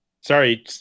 Sorry